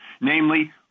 namely